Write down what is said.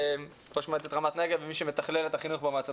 ראש מועצת רמת נגב ומי שמתכלל את החינוך במועצות